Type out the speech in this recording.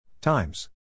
Times